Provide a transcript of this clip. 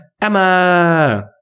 Emma